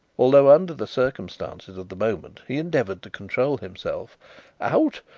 although under the circumstances of the moment he endeavoured to control himself out!